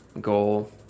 goal